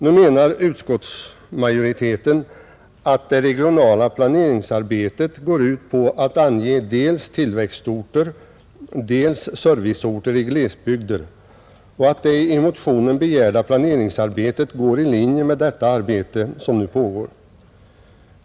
Nu menar utskottsmajoriteten att det regionala planeringsarbetet går ut på att ange dels tillväxtorter, dels serviceorter i glesbygder och att det i motionen begärda planeringsarbetet ligger i linje med detta arbete, som nu bedrivs.